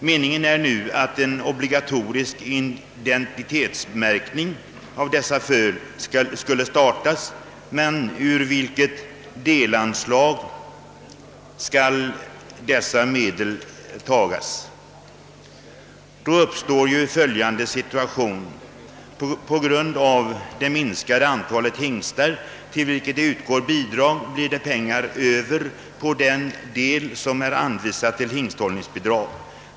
Meningen är att en obligatorisk identitetsmärkning skall startas, men varifrån skall medel härtill tas? På grund av det minskade antalet hingstar blir det bidragsmedel över av den del som skall gå till hingsthållning.